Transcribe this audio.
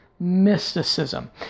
mysticism